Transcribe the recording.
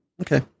Okay